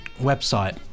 website